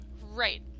Right